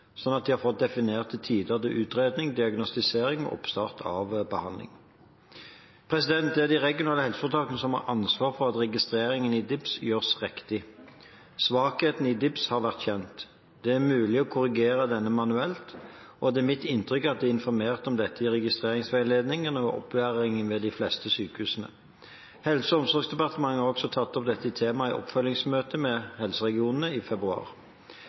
at de har fått definerte tider til utredning, diagnostisering og oppstart av behandling. Det er de regionale helseforetakene som har ansvar for at registreringen i DIPS gjøres riktig. Svakheten i DIPS har vært kjent. Det er mulig å korrigere denne manuelt, og det er mitt inntrykk at det er informert om dette i registreringsveilederne og ved opplæring i de fleste sykehusene. Helse- og omsorgsdepartementet har også tatt opp dette temaet i oppfølgingsmøter med helseregionene i februar.